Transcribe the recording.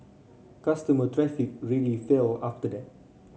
customer traffic really fell after that